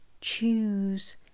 Choose